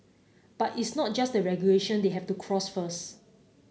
but it's not just the regulation they have to cross first